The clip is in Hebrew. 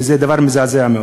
וזה דבר מזעזע מאוד.